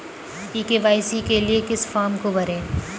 ई KYC के लिए किस फ्रॉम को भरें?